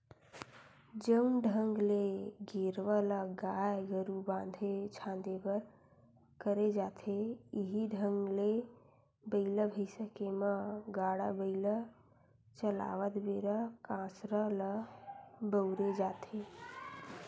जउन ढंग ले गेरवा ल गाय गरु बांधे झांदे बर करे जाथे इहीं ढंग ले बइला भइसा के म गाड़ा बइला चलावत बेरा कांसरा ल बउरे जाथे